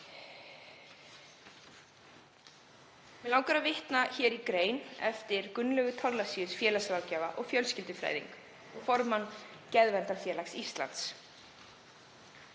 Mig langar að vitna í grein eftir Gunnlaugu Thorlacius, félagsráðgjafa, fjölskyldufræðing og formann Geðverndarfélags Íslands,